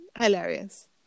hilarious